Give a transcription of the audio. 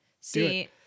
See